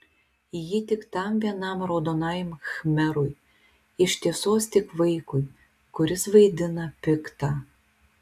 ji tik tam vienam raudonajam khmerui iš tiesos tik vaikui kuris vaidina piktą